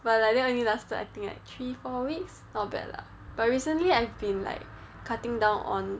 but like that only lasted like I think like three four weeks not bad lah but recently I've been like cutting down on